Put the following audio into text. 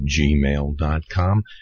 gmail.com